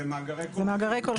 זה מאגרי קולחין.